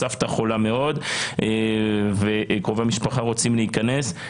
אם הסבתא חולה מאוד וקרובי משפחה רוצים להיכנס,